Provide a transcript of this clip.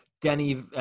Denny